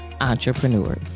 entrepreneurs